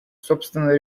собственно